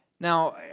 Now